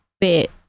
bit